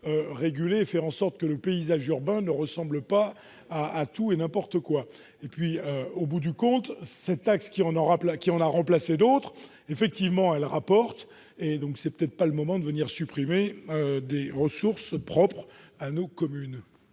réguler et de faire en sorte que le paysage urbain ne ressemble pas à tout et n'importe quoi. De plus, c'est un fait que cette taxe, qui en a remplacé d'autres, finalement, rapporte de l'argent. Ce n'est peut-être pas le moment de venir supprimer des ressources propres à nos communes.